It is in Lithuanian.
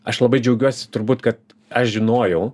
aš labai džiaugiuosi turbūt kad aš žinojau